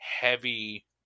Heavy